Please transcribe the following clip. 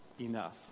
enough